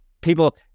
people